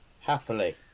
Happily